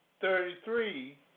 thirty-three